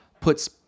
puts